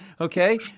Okay